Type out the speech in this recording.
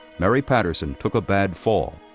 mary patterson took a bad fall.